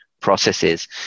processes